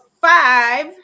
five